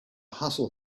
hustle